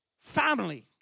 family